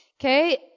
okay